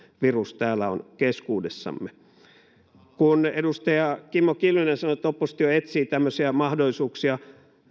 virus on täällä keskuudessamme edustaja kimmo kiljunen sanoi että oppositio etsii mahdollisuuksia